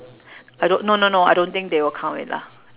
I don't no no no I don't think they will count it lah